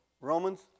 Romans